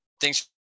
Thanks